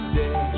day